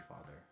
Father